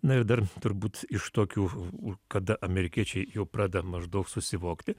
na ir dar turbūt iš tokių kada amerikiečiai jau pradeda maždaug susivokti